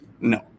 No